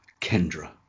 Kendra